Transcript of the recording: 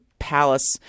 palace